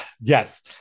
yes